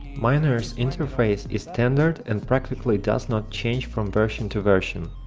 miners interface is standard and practically does not change from version to version.